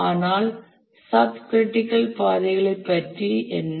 ஆனால் sub critical பாதைகளைப் பற்றி என்ன